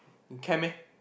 can meh